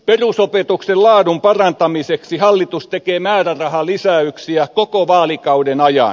perusopetuksen laadun parantamiseksi hallitus tekee määrärahalisäyksiä koko vaalikauden ajan